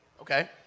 Okay